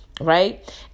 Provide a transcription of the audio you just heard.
Right